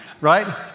right